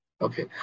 Okay